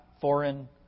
foreign